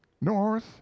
North